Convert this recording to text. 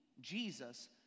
Jesus